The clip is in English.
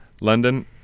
London